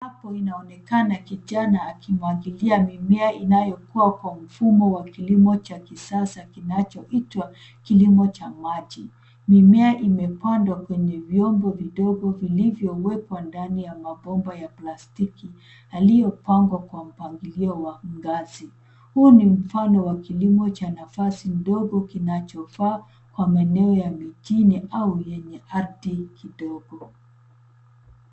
Hapo inaonekana kijana akimwagilia mimea inayokua kwa mfumo wa kilimo cha kisasa kinacho itwa kilimo cha maji. Mimea imepandwa kwenye vyombo vidogo vilivyowekwa ndani ya mabomba ya plastiki yaliyopangwa kwa mpangilio wa ngazi, huu ni mfano wa kilimo cha nafasi ndogo kinachofaa kwa maneo ya mijini au yenye ardhi kidogo.